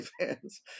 fans